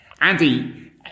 Andy